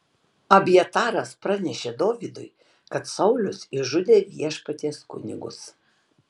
abjataras pranešė dovydui kad saulius išžudė viešpaties kunigus